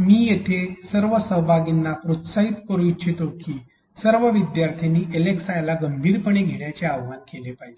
मी येथे सर्व सहभागींना प्रोत्साहित करू इच्छितो की सर्व विद्यार्थ्यांनी एलएक्सआयला गंभीरपणे घेण्याचे आवाहन केले पाहिजे